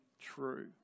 true